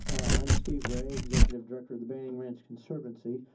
i'm steve ray, executive director of the banning ranch conservancy.